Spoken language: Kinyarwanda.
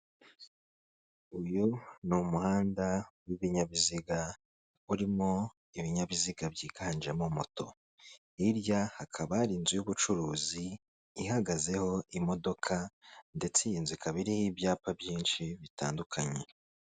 Uyu ni umuhanda w'ibinyabiziga, urimo ibinyabiziga byiganjemo moto. Hirya hakaba hari inzu y'ubucuruzi ihagazeho imodoka, ndetse iyi inzu ikaba iriho ibyapa byinshi bitandukanye.